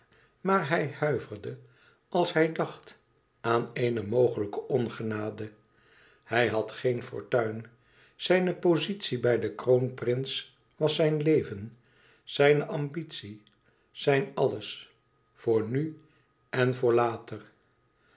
maar hij huiverde als hij dacht aan eene mogelijke ongenade hij had geen fortuin zijne pozitie bij den kroonprins was zijn leven zijn ambitie zijn alles voor nu en voor later